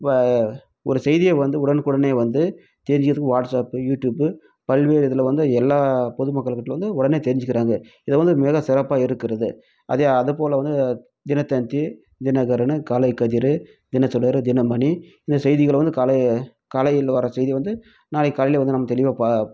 இப்போ ஒரு செய்தியை வந்து உடனுக்கு உடனே வந்து தெரிஞ்சிக்கிறதுக்கு வாட்ஸ்ஆப்பு யூடியூப்பு பல்வேறு இதில் வந்து அது எல்லா பொதுமக்கள்கிட்டவும் வந்து உடனே தெரிஞ்சிக்கிறாங்கள் இதை வந்து மிக சிறப்பாக இருக்கிறது அதே அதுப்போல் வந்து தினத்தந்தி தினகரன் காலைக்கதிர் தினச்சுடர் தினமணி இந்த செய்திகளை வந்து காலை காலையில் வர செய்தி வந்து நாளைக்கு காலையில் வந்து நம்ம தெளிவாக பா